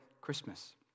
Christmas